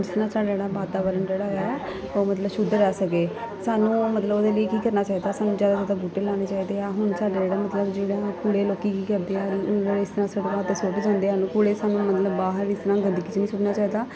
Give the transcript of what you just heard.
ਜਿਸ ਤਰਾਂ ਸਾਡਾ ਜਿਹੜਾ ਵਾਤਾਵਰਣ ਜਿਹੜਾ ਆ ਉਹ ਮਤਲਬ ਸ਼ੁੱਧ ਰਹਿ ਸਕੇ ਸਾਨੂੰ ਮਤਲਬ ਉਹਦੇ ਲਈ ਕੀ ਕਰਨਾ ਚਾਹੀਦਾ ਸਾਨੂੰ ਜ਼ਿਆਦਾ ਤੋਂ ਜ਼ਿਆਦਾ ਬੂਟੇ ਲਾਉਣੇ ਚਾਹੀਦੇ ਆ ਹੁਣ ਸਾਡੇ ਜਿਹੜੇ ਮਤਲਬ ਜਿਹੜਾ ਕੂੜੇ ਲੋਕ ਕੀ ਕਰਦੇ ਆ ਜਿਹੜੇ ਇਸ ਤਰ੍ਹਾਂ ਸੜਕਾਂ 'ਤੇ ਸੁੱਟ ਜਾਂਦੇ ਹਨ ਕੂੜੇ ਸਾਨੂੰ ਮਤਲਬ ਬਾਹਰ ਜਿਸ ਤਰ੍ਹਾਂ ਗੰਦਗੀ 'ਚ ਨਹੀਂ ਸੁੱਟਣਾ ਚਾਹੀਦਾ